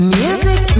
music